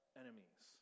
enemies